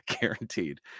guaranteed